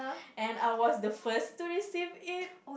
and I was the first to receive it